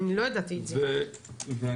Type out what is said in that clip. וזה